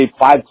five